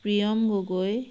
Priyam Gogoi